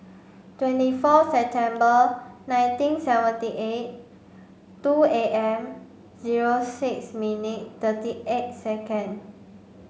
twenty four September nineteen seventy eight two A M zero six minute thirty eight second